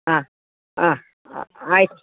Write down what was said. ಹಾಂ ಹಾಂ ಹಾಂ ಆಯಿತು